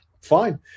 fine